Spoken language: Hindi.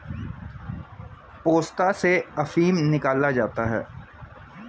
पोस्ता से अफीम निकाला जाता है